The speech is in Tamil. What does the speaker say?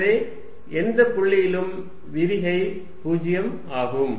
எனவே எந்த புள்ளியிலும் விரிகை 0 ஆகும்